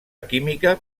química